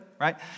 right